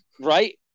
Right